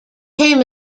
came